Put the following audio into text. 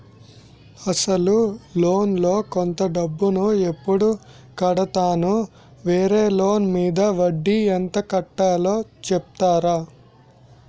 అసలు లోన్ లో కొంత డబ్బు ను ఎప్పుడు కడతాను? వేరే లోన్ మీద వడ్డీ ఎంత కట్తలో చెప్తారా?